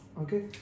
okay